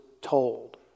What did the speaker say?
told